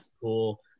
cool